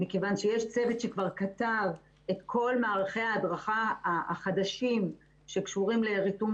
מכיוון שיש צוות שכבר כתב את כל מערכי ההדרכה החדשים שקשורים לריתום